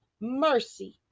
mercy